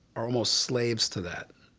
are almost slaves to that.